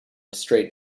straight